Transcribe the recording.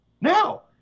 now